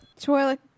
toilet